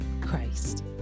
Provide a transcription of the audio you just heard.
Christ